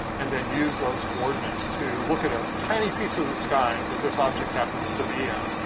and then use those coordinates to look at a tiny piece of the sky that this object happens to be in.